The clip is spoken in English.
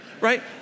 right